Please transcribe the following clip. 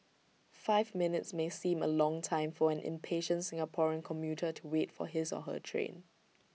five minutes may seem A long time for an impatient Singaporean commuter to wait for his or her train